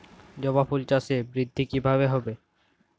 জবা ফুল চাষে বৃদ্ধি কিভাবে হবে?